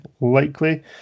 likely